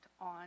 on